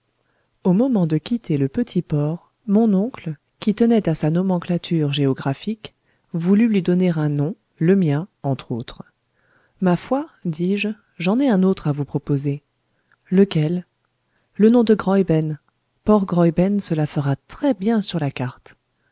au moment de quitter le petit port mon oncle qui tenait à sa nomenclature géographique voulut lui donner un nom le mien entre autres ma foi dis-je j'en ai un autre à vous proposer lequel le nom de graüben port graüben cela fera très bien sur la carte